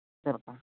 ᱪᱮᱫᱞᱮᱠᱟ